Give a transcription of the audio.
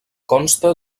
consta